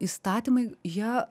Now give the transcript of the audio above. įstatymai jie